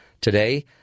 Today